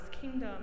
kingdom